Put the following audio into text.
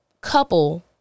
couple